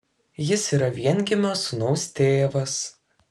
jis yra viengimio sūnaus tėvas